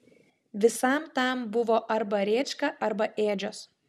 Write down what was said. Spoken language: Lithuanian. visam tam buvo arba rėčka arba ėdžios